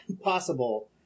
possible